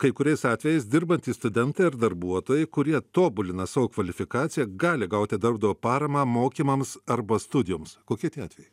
kai kuriais atvejais dirbantys studentai ar darbuotojai kurie tobulina savo kvalifikaciją gali gauti darbdavio paramą mokymams arba studijoms kokie tie atvejai